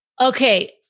Okay